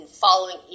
following